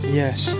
yes